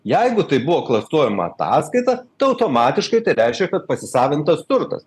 jeigu tai buvo klastojama ataskaita tai automatiškai tai reiškia kad pasisavintas turtas